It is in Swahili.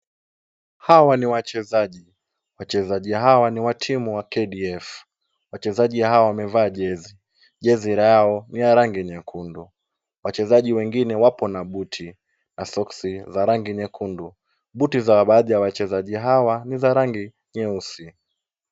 Hawa ni wachezaji. Wachezaji hawa ni wa timu wa KDF.Wachezaji hawa wamevaa jezi. Jezi lao ni ya rangi nyekundu. Wachezaji wengine wapo na buti na soksi za rangi nyekundu. Buti za baadhi ya wachezaji hawa ni za rangi nyeusi.